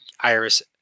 Iris